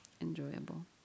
Enjoyable